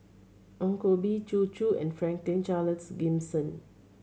Ong Koh Bee Zhu Xu and Franklin Charles Gimson